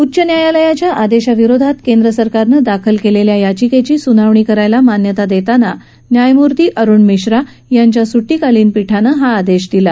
उच्च न्यायालयाच्या आदेशाविरुद्ध केंद्रसरकारनं दाखल केलेल्या याचिकेची सुनावणी करायला मान्यता देताना न्यायमूर्ती अरुण मिश्रा यांच्या सुट्टीकालीन पीठानं हा आदेश दिला